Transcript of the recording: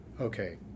Okay